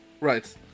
Right